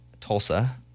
Tulsa